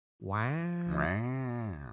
Wow